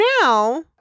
now